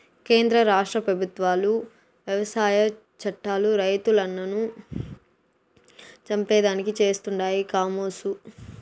కేంద్ర రాష్ట్ర పెబుత్వాలు వ్యవసాయ చట్టాలు రైతన్నలను చంపేదానికి చేస్తండాయి కామోసు